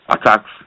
Attacks